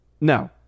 no